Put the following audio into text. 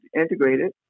integrated